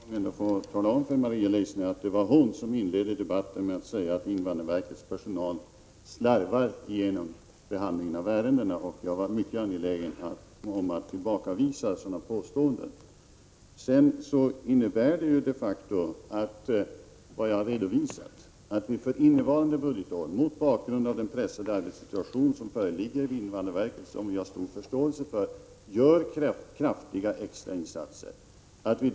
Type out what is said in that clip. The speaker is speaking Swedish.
Herr talman! Jag måste än en gång tala om för Maria Leissner att det var hon som inledde debatten med att säga att invandrarverkets personal slarvar igenom behandlingen av ärendena. Jag var angelägen om att tillbakavisa sådana påståenden. Jag har stor förståelse för den pressade arbetssituationen vid invandrarverket, och jag har redovisat att det de facto görs kraftiga extrainsatser.